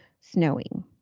snowing